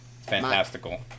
Fantastical